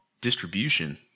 distribution